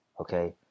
okay